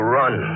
run